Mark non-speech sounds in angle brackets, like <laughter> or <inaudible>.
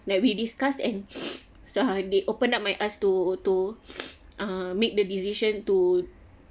like we discuss and <breath> they open up my eyes to to <breath> uh make the decision to